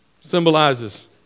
symbolizes